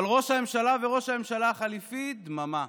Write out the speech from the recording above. אבל ראש הממשלה וראש הממשלה החליפי, דממה.